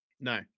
no